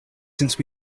since